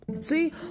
See